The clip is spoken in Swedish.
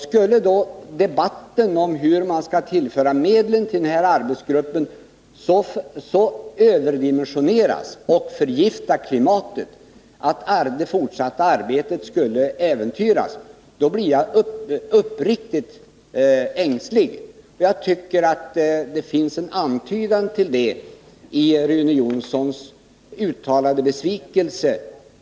Skulle debatten om hur man skall tillföra arbetsgruppen medel så överdimensioneras och förgifta klimatet att det fortsatta arbetet skulle äventyras, då blir jag uppriktigt ängslig. Jag tycker att det finns en antydan till ett sådant synsätt i Rune Jonssons anförande, där han uttalade sin besvikelse.